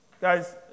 Guys